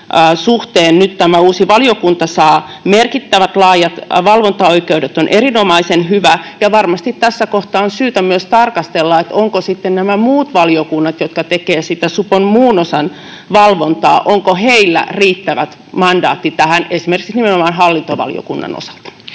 suhteen tämä uusi valiokunta saa nyt merkittävät, laajat valvontaoikeudet, on erinomaisen hyvä, ja varmasti tässä kohtaa on syytä myös tarkastella, onko sitten näillä muilla valiokunnilla, jotka tekevät sitä supon muun osan valvontaa, riittävä mandaatti tähän, esimerkiksi nimenomaan hallintovaliokunnalla.